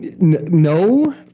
No